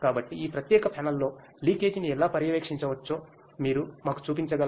కాబట్టి ఈ ప్రత్యేక ప్యానెల్లో లీకేజీని ఎలా పర్యవేక్షించవచ్చో మీరు మాకు చూపించగలరా